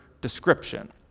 description